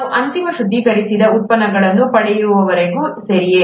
ನಾವು ಅಂತಿಮ ಶುದ್ಧೀಕರಿಸಿದ ಉತ್ಪನ್ನವನ್ನು ಪಡೆಯುವವರೆಗೆ ಸರಿಯೇ